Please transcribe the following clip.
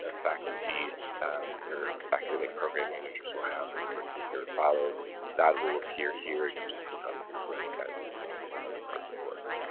ah faculty and their academic program managers will have rubrics in here to follow that will appear here. and you just click on the rubric as noted in another part of the course.